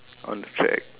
on the track